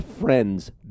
friend's